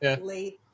Late